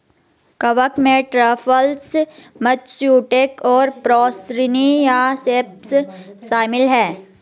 कवक में truffles, matsutake और पोर्सिनी या सेप्स शामिल हैं